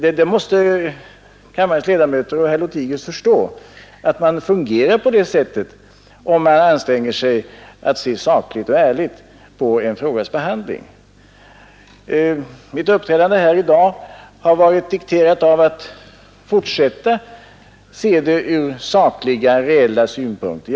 Herr Lothigius och kammarens ledamöter i övrigt måste förstå att man fungerar på det här sättet, om man anstränger sig att se sakligt och ärligt på en frågas behandling. Mitt uppträdande i dag har varit dikterat av en vilja att fortsätta att se frågan ur sakliga, reella synpunkter.